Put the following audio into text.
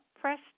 press